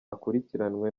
akurikiranwe